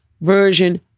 version